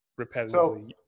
Repetitively